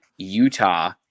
utah